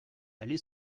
aller